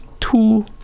two